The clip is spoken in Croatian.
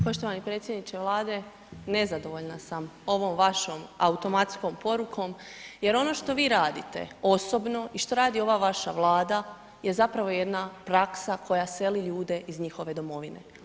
Poštovani predsjedniče Vlade, nezadovoljna sam ovom vašom automatskom porukom, jer ono što vi radite osobno i što radi ova vaša Vlada je zapravo jedna praksa koja seli ljude iz njihove domovine.